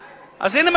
והנה,